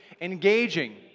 Engaging